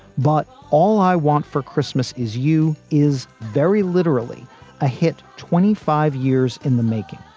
but all i want for christmas is you is very literally a hit. twenty five years in the making.